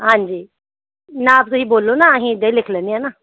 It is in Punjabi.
ਹਾਂਜੀ ਨਾਪ ਤੁਸੀਂ ਬੋਲੋ ਨਾ ਅਸੀਂ ਇੱਦਾਂ ਹੀ ਲਿਖ ਲੈਂਦੇ ਹਾਂ ਨਾ